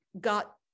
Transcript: got